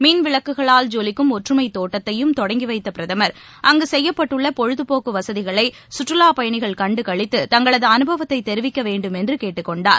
மின் விளக்குகளால் ஜொலிக்கும் ஒற்றுமைதோட்டத்தையும் தொடங்கிவைத்தபிரதமர் அங்குசெய்யப்பட்டுள்ளபொழுதபோக்குவசதிகளைசுற்றுலாப்பயணிகள் கண்டுகளித்து தங்களதுஅனுபவத்தைதெரிவிக்கவேண்டும் என்றுகேட்டுக்கொண்டார்